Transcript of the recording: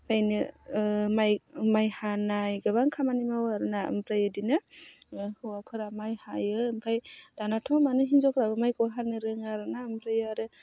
ओमफ्राय माइ माइ हानाय गोबां खामानि मावो आरो ना ओमफ्राय बिदिनो हौवाफोरा माइ हायो ओमफ्राय दानाथ' माने हिन्जावफोराबो माइखौ हानो रोङो आरो ना ओमफ्राय आरो